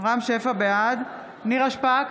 בעד נירה שפק,